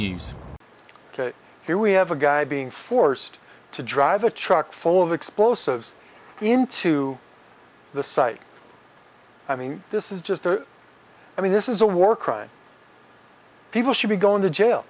news ok here we have a guy being forced to drive a truck full of explosives into the site i mean this is just i mean this is a war crime people should be going to jail